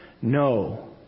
No